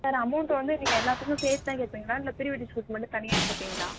sir amount வந்து நீங்கள் எல்லாத்துக்கும் சேத்துதான் கேட்பீங்களா இல்லை ப்ரீ வெட் ஷூட் மட்டும் தனியாக கேட்பீங்களா